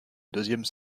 deuxième